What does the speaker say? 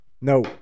No